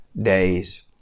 days